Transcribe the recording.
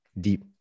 deep